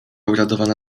uradowana